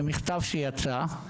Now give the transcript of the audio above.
במכתב שיצא,